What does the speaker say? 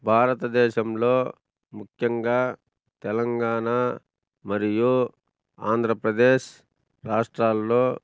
భారతదేశంలో ముఖ్యంగా తెలంగాణ మరియు ఆంధ్రప్రదేశ్ రాష్ట్రాల్లో